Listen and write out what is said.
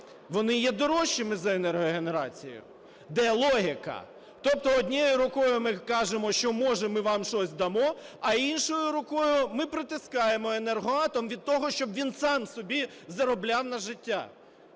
вони є дорожчими за енергогенерацію. Де логіка? Тобто однією рукою ми кажемо, що, може, ми вам щось дамо, а іншою рукою ми притискаємо "Енергоатом" від того, щоб він сам собі заробляв на життя.